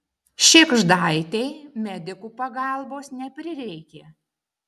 šėgždaitei medikų pagalbos neprireikė